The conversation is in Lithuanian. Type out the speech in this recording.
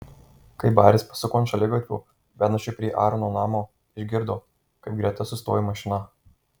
kai baris pasuko ant šaligatvio vedančio prie aarono namo išgirdo kaip greta sustojo mašina